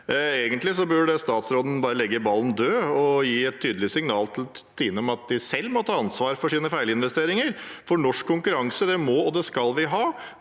Egentlig burde statsråden bare legge ballen død og gi et tydelig signal til Tine om at de selv må ta ansvar for sine feilinvesteringer, for norsk konkurranse må og skal vi ha.